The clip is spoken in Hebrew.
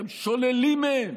אתם שוללים מהם